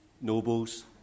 nobles